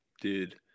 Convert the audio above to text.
dude